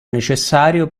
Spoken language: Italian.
necessario